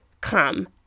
come